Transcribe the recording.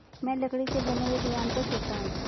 मैं लकड़ी से बने हुए दीवान पर सोता हूं